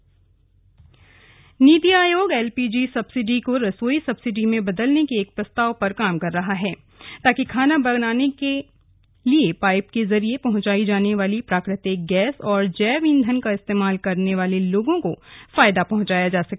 नीति Aayog NITI Aayog LPG subsidy को रसोई सब्सिडी में बदलने के एक प्रस्ताव पर काम कर रहा है ताकि खाना पकाने के लिए पाइप के जरिए पहुंचाई जाने वाली प्राकृतिक गैस और जैव ईंधन का इस्तेमाल करने वाले लोगो को फायदा पहुंचाया जा सके